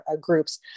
groups